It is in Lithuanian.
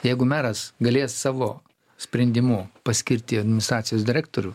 jeigu meras galės savo sprendimu paskirti administracijos direktorių